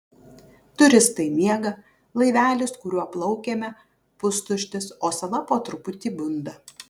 turistai miega laivelis kuriuo plaukėme pustuštis o sala po truputį bunda